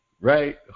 Right